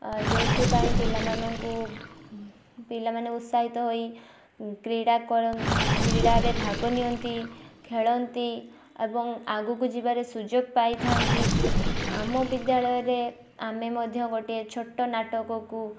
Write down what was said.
ଯେଉଁଥି ପାଇଁ ପିଲାମାନଙ୍କୁ ପିଲାମାନେ ଉତ୍ସାହିତ ହୋଇ କ୍ରୀଡ଼ା କ୍ରୀଡ଼ାରେ ଭାଗ ନିଅନ୍ତି ଖେଳନ୍ତି ଏବଂ ଆଗକୁ ଯିବାରେ ସୁଯୋଗ ପାଇଥାନ୍ତି ଆମ ବିଦ୍ୟାଳୟରେ ଆମେ ମଧ୍ୟ ଗୋଟେ ଛୋଟ ନାଟକକୁ